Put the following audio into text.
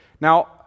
Now